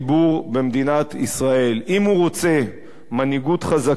במדינת ישראל: אם הוא רוצה מנהיגות חזקה,